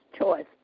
choice